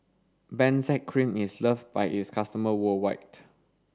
Benzac Cream is loved by its customers worldwide